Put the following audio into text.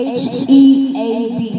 head